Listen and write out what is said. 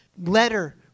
letter